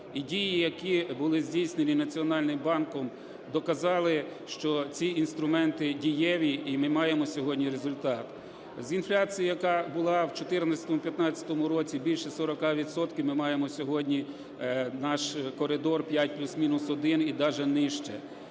І дії, які були здійснені Національним банком, доказали, що ці інструменти дієві, і ми маємо сьогодні результат. З інфляції, яка була в 2014-2015 році більше 40 відсотків, ми маємо сьогодні наш коридор - 5 плюс-мінус 1, і даже нижче.